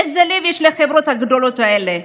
איזה לב יש לחברות הגדולות האלה?